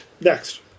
next